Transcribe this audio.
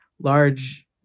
large